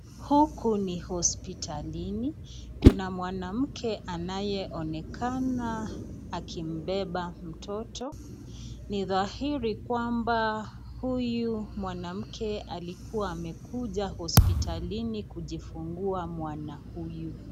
Huku ni hospitalini, kuna mwanamke anayeonekana akimbeba mtoto. Ni dhairi kwamba huyu mwanamke alikuwa amekuja hospitalini kujifungua mwana huyu.